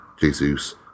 Jesus